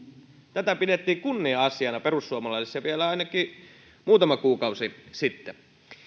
tätä pidettiin kunnia asiana perussuomalaisissa ainakin vielä muutama kuukausi sitten